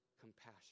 compassion